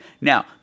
Now